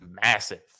massive